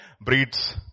breeds